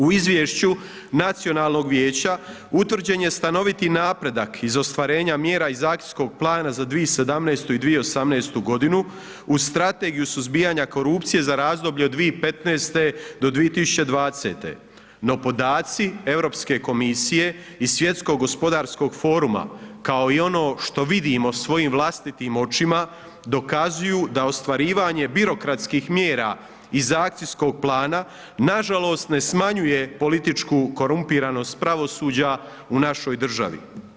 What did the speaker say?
U izvješću nacionalnog vijeća utvrđen je stanoviti napredak iz ostvarenja mjera iz akcijskog plana za 2017. i 2018. uz Strategiju suzbijanja korupcije za razdoblje 2015.-2020. no podaci Europske komisije i Svjetskog gospodarskog foruma kao i ono što vidimo svojim vlastitim očima, dokazuju da ostvarivanje birokratskih mjera iz akcijskog plana nažalost ne smanjuje političku korumpiranost pravosuđa u našoj državi.